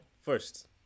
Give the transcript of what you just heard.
First